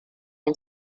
and